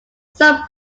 some